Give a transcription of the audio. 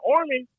Army